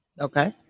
Okay